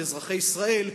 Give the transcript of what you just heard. של אזרחי ישראל,